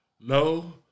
No